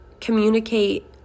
communicate